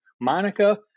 Monica